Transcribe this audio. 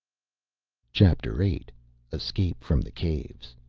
chapter eight escape from the caves